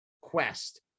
quest